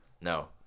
no